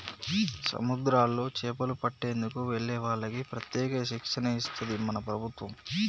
సముద్రాల్లో చేపలు పట్టేందుకు వెళ్లే వాళ్లకి ప్రత్యేక శిక్షణ ఇస్తది మన ప్రభుత్వం